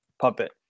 Puppet